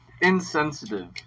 insensitive